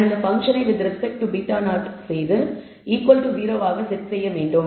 நான் இந்த பங்க்ஷனை வித் ரெஸ்பெக்ட் டு β0 செய்து 0 ஆக செட் செய்ய வேண்டும்